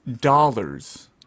dollars